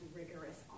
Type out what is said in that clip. rigorous